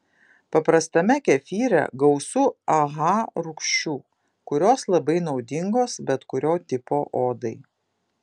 paprastame kefyre gausu aha rūgščių kurios labai naudingos bet kurio tipo odai